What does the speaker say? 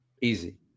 easy